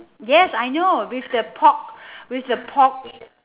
yes I know with the pork with the pork